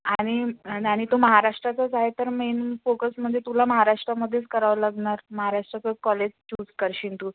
आणि आणि तो महाराष्ट्राचाच आहे तर मेन फोकस म्हणजे तुला महाराष्ट्रामध्येच करावं लागणार महाराष्ट्राचं कॉलेज चूज करशील तू